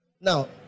Now